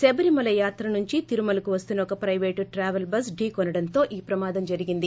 శబరిమల యాత్ర నుంచి తిరుమలకు వస్తున్న ఒక పైవేటు ట్రాపెల్ బస్సు ఢీ కొనడంతో ఈ ప్రమాదం జరిగింది